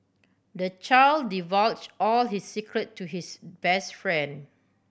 the child divulge all his secret to his best friend